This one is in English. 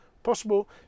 Possible